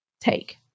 take